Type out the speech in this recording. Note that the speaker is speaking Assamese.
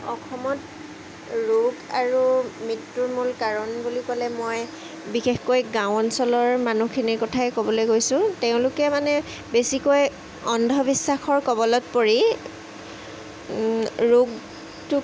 অসমত ৰোগ আৰু মৃত্যুৰ মূল কাৰণ বুলি ক'লে মই বিশেষকৈ গাঁও অঞ্চলৰ মানুহখিনিৰ কথাই ক'বলৈ গৈছোঁ তেওঁলোকে মানে বেছিকৈ অন্ধবিশ্বাসৰ কবলত পৰি ৰোগটোক